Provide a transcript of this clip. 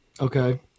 Okay